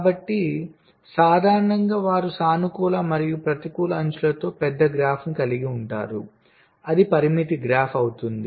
కాబట్టి సాధారణంగా వారు సానుకూల మరియు ప్రతికూల అంచులతో పెద్ద గ్రాఫ్ను కలిగి ఉంటారు అది పరిమితి గ్రాఫ్ అవుతుంది